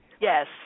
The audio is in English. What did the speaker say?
Yes